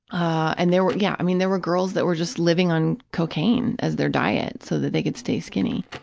and there were, yeah, i mean, there were girls that were just living on cocaine as their diet, so that they could stay skinny,